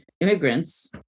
immigrants